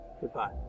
Goodbye